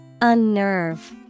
Unnerve